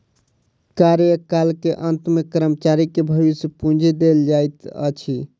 कार्यकाल के अंत में कर्मचारी के भविष्य पूंजी देल जाइत अछि